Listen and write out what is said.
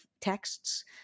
texts